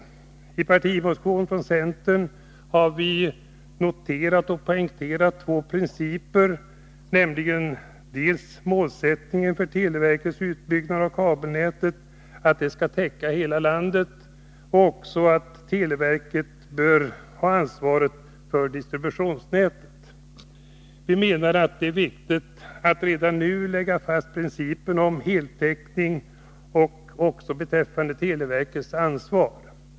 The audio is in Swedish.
I en partimotion från centern har vi noterat och poängterat två principer, nämligen dels målsättningen för televerkets utbyggnad av kabel-TV-nätet, att det skall täcka hela landet, dels att televerket bör ha ansvaret för distributionsnätet. Vi menar att det är viktigt att redan nu lägga fast principen om heltäckning och televerkets ansvar.